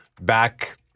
back